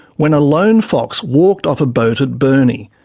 when a lone fox walked off a boat at burnie.